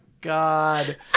god